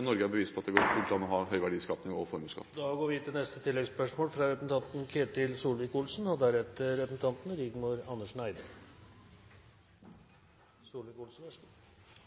Norge er bevis på at det går helt an å ha høy verdiskaping og formuesskatt. Ketil Solvik-Olsen – til